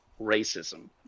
racism